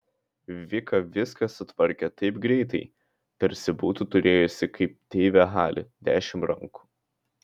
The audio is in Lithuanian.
vika viską sutvarkė taip greitai tarsi būtų turėjusi kaip deivė hali dešimt rankų